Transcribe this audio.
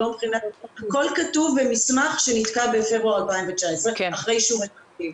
הכול כתוב במסמך שנתקע בפברואר 2019 אחרי אישור התקציב.